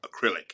acrylic